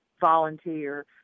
volunteer